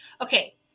Okay